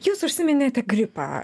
jūs užsiminėte gripą